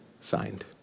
signed